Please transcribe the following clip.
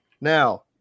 Now